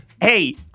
hey